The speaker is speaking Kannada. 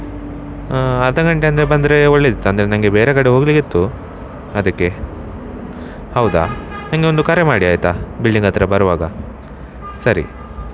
ಅರ್ಧ ಗಂಟೆ ಅಂದರೆ ಬಂದರೆ ಒಳ್ಳೆಯದಿತ್ತು ಅಂದರೆ ನನಗೆ ಬೇರೆ ಕಡೆ ಹೋಗಲಿಕ್ಕಿತ್ತು ಅದಕ್ಕೆ ಹೌದಾ ನನಗೆ ಒಂದು ಕರೆ ಮಾಡಿ ಆಯಿತಾ ಬಿಲ್ಡಿಂಗ್ ಹತ್ರ ಬರುವಾಗ ಸರಿ